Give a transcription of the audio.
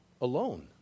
alone